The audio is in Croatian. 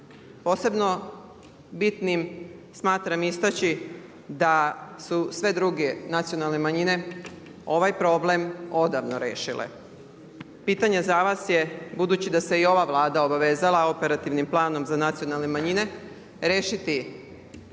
Posebno bitnim smatram istaći da su sve druge nacionalne manjine ovaj problem odavno rešile. Pitanje za vas je budući da se i ova Vlada obvezala operativnim planom za nacionalne manjine rešiti